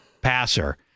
passer